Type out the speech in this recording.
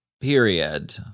period